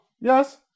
Yes